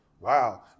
wow